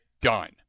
done